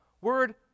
word